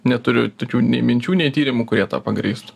neturiu tokių nei minčių nei tyrimų kurie tą pagrįstų